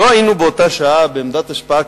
לא היינו באותה שעה בעמדת השפעה.